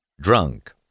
drunk